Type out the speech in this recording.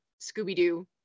Scooby-Doo